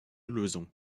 lösung